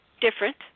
Different